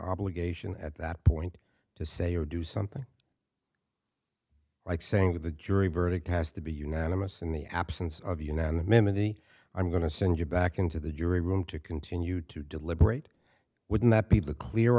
obligation at that point to say or do something like saying that the jury verdict has to be unanimous in the absence of unanimity i'm going to send you back into the jury room to continue to deliberate wouldn't that be the clear